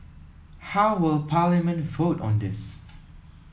how will Parliament vote on this